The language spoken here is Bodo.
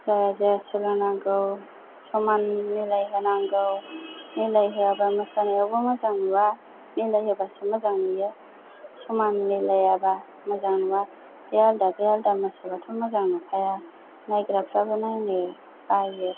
जाया जाया सोलोंनांगौ समान मिलायहोनांगौ मिलायहोआबा मोसानायावबो मोजां नुवा मिलायहोबासो मोजां नुवो समान मिलायाबा मोजां नुवा बे आलादा बे आलादा मोसाबाथ' मोजां नुखाया नायग्राफ्राबो नायनो बायो